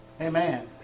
Amen